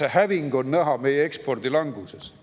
See häving on näha meie ekspordi languses.